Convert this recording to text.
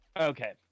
Okay